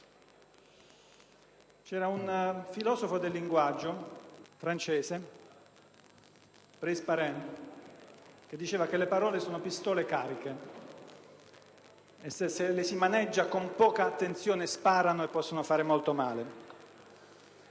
Un filosofo del linguaggio francese, Brice Parain, diceva che le parole sono pistole cariche e che se le si maneggia con poca attenzione sparano e possono fare molto male.